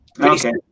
Okay